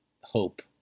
hope